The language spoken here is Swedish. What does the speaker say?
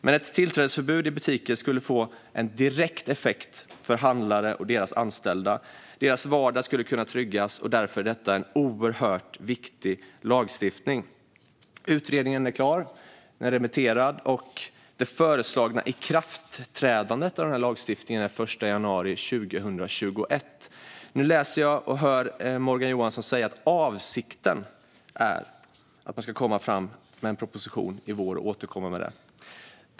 Men ett tillträdesförbud i butiker skulle få en direkt effekt för handlare och deras anställda. Deras vardag skulle kunna tryggas. Därför är detta en oerhört viktig lagstiftning. Utredningen är klar och remitterad. Det föreslagna ikraftträdandet för lagstiftningen är den 1 januari 2021. Nu hör jag Morgan Johansson säga att avsikten är att man ska "återkomma med en proposition i vår".